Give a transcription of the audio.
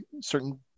certain